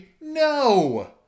No